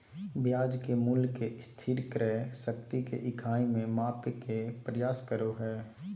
ब्याज के मूल्य के स्थिर क्रय शक्ति के इकाई में मापय के प्रयास करो हइ